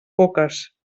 coques